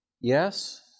Yes